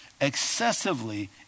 excessively